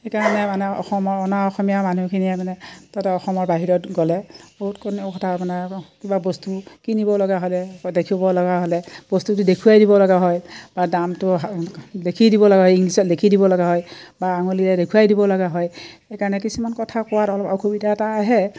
সেইকাৰণে মানে অসমৰ অনা অসমীয়া মানুহখিনিয়ে মানে তাতে অসমৰ বাহিৰত গ'লে বহুত কোনো কথা মানে কিবা বস্তু কিনিব লগা হ'লে দেখিব লগা হ'লে বস্তুটো দেখুৱাই দিব লগা হয় বা দামটো লিখি দিব লগা হয় ইংলিছত লিখি দিব লগা হয় বা আঙুলীৰে দেখুৱাই দিব লগা হয় সেইকাৰণে কিছুমান কথা কোৱাত অলপ অসুবিধা এটা আহে